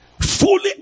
Fully